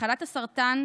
מחלת הסרטן,